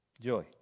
Joy